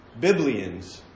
Biblians